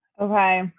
Okay